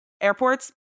airports